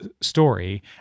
story